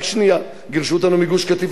גירשו אותנו מגוש-קטיף,